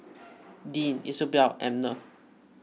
Deanne Isobel Abner